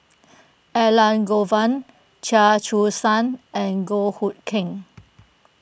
Elangovan Chia Choo Suan and Goh Hood Keng